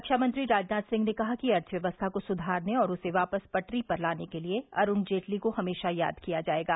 खामंत्री राजनाथ सिंह ने कहा कि अर्थव्यवस्था को सुधारने और उसे वापस पटरी पर लाने के लिए अरूण जेटली को हमेशा याद किया जायेगा